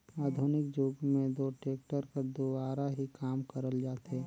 आधुनिक जुग मे दो टेक्टर कर दुवारा ही काम करल जाथे